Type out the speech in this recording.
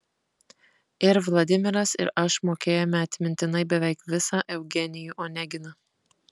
ir vladimiras ir aš mokėjome atmintinai beveik visą eugenijų oneginą